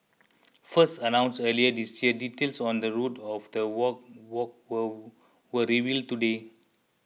first announced earlier this year details on the route of the walk walk were were revealed today